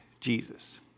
Jesus